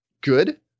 good